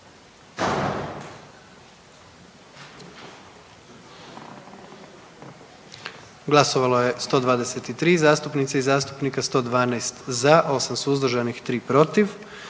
Glasovalo je 119 zastupnica i zastupnika, 117 za, 2 su bila protiv